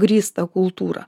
grįstą kultūrą